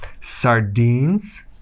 sardines